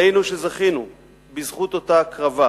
עלינו, שזכינו בזכות אותה הקרבה